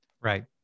Right